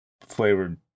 flavored